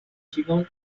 提供